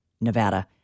Nevada